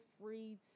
free